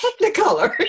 technicolor